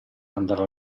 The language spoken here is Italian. andare